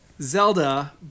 Zelda